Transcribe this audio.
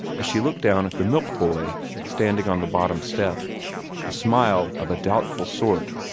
as she looked down at the milk boy standing on the bottom step a smile of a doubtful sort,